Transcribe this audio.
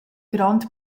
grond